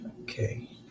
Okay